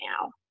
now